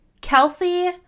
Kelsey